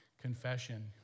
Confession